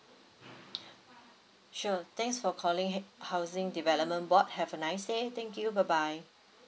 sure thanks for calling h~ housing development board have a nice day thank you bye bye